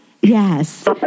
Yes